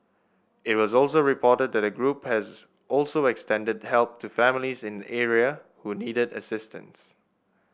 it was also reported that the group has also extended help to families in the area who needed assistance